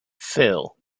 phil